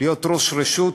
להיות ראש רשות